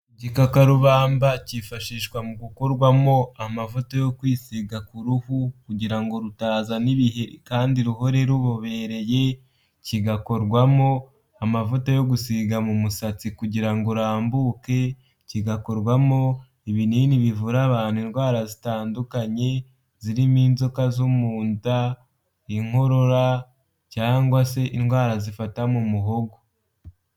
Igikakarubamba, cyifashishwa mu gukorwamo, amavuta yo kwisiga ku uruhu, kugira ngo rutazana ibihe kandi ruhore rubobereye, kigakorwamo, amavuta yo gusiga mu musatsi kugira ngo urambuke, kigakorwamo, ibinini bivura abantu indwara zitandukanye, zirimo inzoka zo mu nda, inkorora, cyangwa se, indwara zifata mu muhogo.